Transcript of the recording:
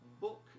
book